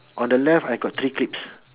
on uh on the left I got three clips